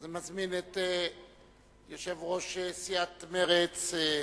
אני מזמין את יושב-ראש סיעת מרצ,